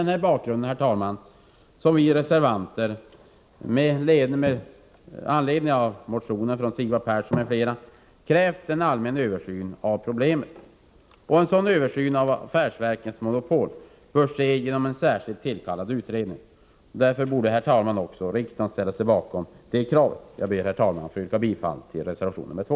Det är mot denna bakgrund som vi reservanter — med anledning av motionen från Sigvard Persson m.fl. — har krävt en allmän översyn av problemet. En sådan översyn av affärsverkens monopol bör ske genom en särskilt tillkallad utredning. Därför borde också riksdagen ställa sig bakom det kravet. Jag ber, herr talman, att få yrka bifall till reservation 2.